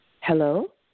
Hello